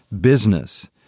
business